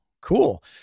Cool